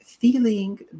feeling